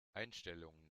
einstellungen